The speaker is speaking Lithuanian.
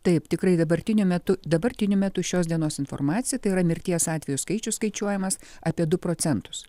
taip tikrai dabartiniu metu dabartiniu metu šios dienos informacija tai yra mirties atvejų skaičius skaičiuojamas apie du procentus